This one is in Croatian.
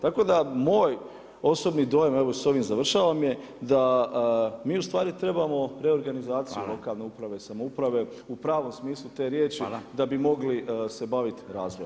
Tako da moj osobni dojam, evo s ovim završavam je, da mi ustvari trebamo reorganizaciju lokalne uprave i samouprave u pravom smislu te riječi, da bi mogli se baviti razvoje.